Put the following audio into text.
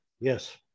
Yes